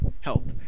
help